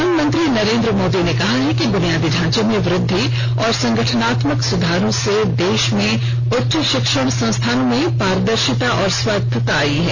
प्रधानमंत्री नरेन्द्र मोदी ने कहा है कि ब्नियादी ढांचे में वृद्धि और संगठनात्मक सुधारों से देश में उच्च शिक्षण संस्थानों में पारदर्शिता और स्वायत्ता आई है